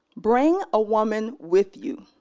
bring a woman with you.